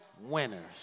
winners